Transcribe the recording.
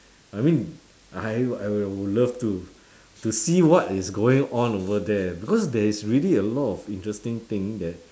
I mean I would I will love to to see what is going on over there because there is really a lot of interesting thing there